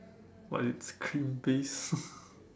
what it's cream based